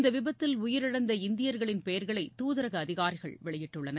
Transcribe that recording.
இந்தவிபத்தில் உயிரிழந்த இந்தியர்களின் பெயர்களைதூதரகஅதிகாரிகள் வெளியிட்டுள்ளனர்